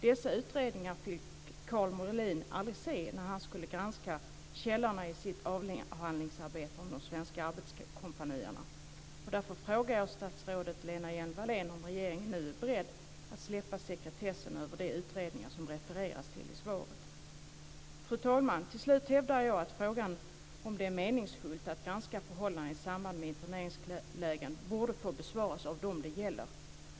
Dessa utredningar fick Karl Molin aldrig se när han skulle granska källorna i sitt avhandlingsarbete om de svenska arbetskompanierna. Därför frågar jag statsrådet Lena Hjelm-Wallén om regeringen nu är beredd att släppa sekretessen över de utredningar som refereras till i svaret. Fru talman! Till slut hävdar jag att frågan om det är meningsfullt att granska förhållandena i samband med interneringslägren borde få besvaras av dem det gäller.